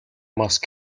must